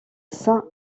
saint